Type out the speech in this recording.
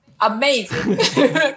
Amazing